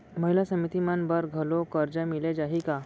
महिला समिति मन बर घलो करजा मिले जाही का?